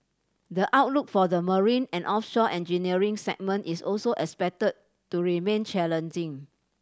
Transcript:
the outlook for the marine and offshore engineering segment is also expected to remain challenging